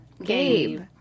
Gabe